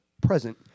present